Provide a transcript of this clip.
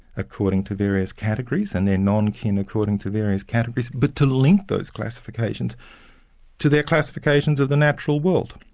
according to various categories and their non-kin according to various categories, but to link those classifications to their classifications of the natural world.